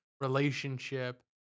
relationship